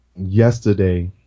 yesterday